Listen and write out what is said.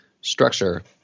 structure